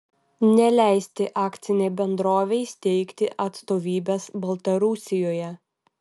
neleisti akcinei bendrovei steigti atstovybės baltarusijoje